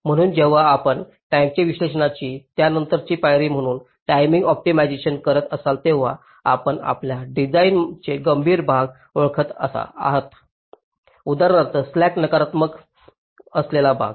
म्हणूनच जेव्हा आपण टाईमच्या विश्लेषणाची त्यानंतरची पायरी म्हणून टायमिंग ऑप्टिमायझेशन करत असाल तेव्हा आपण आपल्या डिझाइनचे गंभीर भाग ओळखत आहात उदाहरणार्थ स्लॅक्स नकारात्मक असलेले भाग